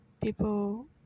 people